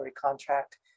contract